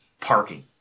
parking